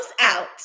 out